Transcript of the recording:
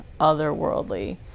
otherworldly